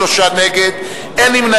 29 בעד, 53 נגד, אין נמנעים.